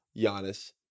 Giannis